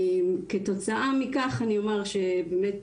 כתוצאה מכך אני אומר שבאמת,